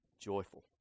joyful